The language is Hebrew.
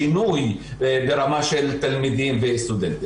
זה עדיין מספר מאוד גדול.